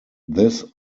this